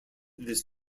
this